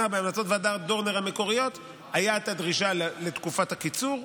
בהמלצות ועדת דורנר המקוריות הייתה הדרישה לתקופת הקיצור,